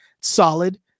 Solid